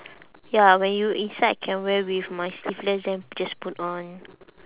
ya when you inside can wear with my sleeveless then just put on